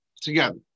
together